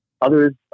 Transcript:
Others